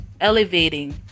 elevating